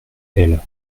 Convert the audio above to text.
elle